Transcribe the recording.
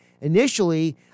Initially